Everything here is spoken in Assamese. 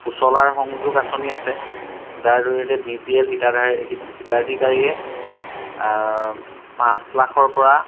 উজলাৰ সংযোগ আঁচনি আছে যাৰ জৰিয়তে বি পি এল হিতাধাৰী হিতাধিকাৰীয়ে পাঁচ লাখৰপৰা